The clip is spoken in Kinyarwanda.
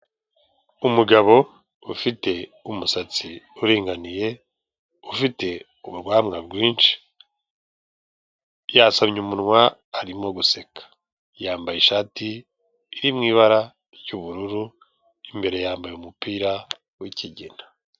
Umugabo ufite umusatsi uringaniye ufite, ufite ububwanwa bwinshi, yasamye umunwa arimo guseka. Yambaye ishati iri mu ibara ry'ubururu imbere yambaye umupira w'ikigina.